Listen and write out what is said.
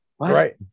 right